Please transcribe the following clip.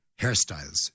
hairstyles